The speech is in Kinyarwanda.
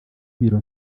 ibiro